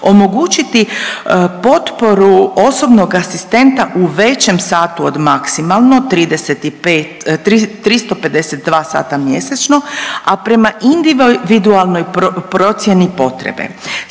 omogućiti potporu osobnog asistenta u većem satu od maksimalno 352 sata mjesečno, a prema individualnoj procijeni potrebe.